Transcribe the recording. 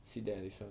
sit there and listen